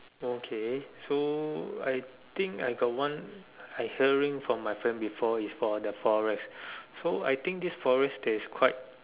okay so I think I got one I hearing from my friend before it's about the forest so I think this forest there is quite